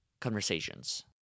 conversations